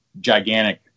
gigantic